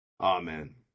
Amen